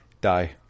die